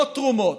לא תרומות,